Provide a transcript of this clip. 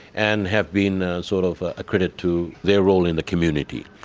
and have been a sort of ah credit to their role in the community,